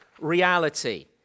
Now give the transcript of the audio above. reality